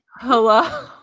Hello